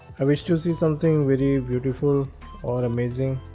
i wish to see something very beautiful or amazing